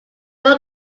were